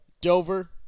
Dover